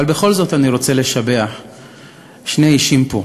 אבל בכל זאת אני רוצה לשבח שני אישים פה: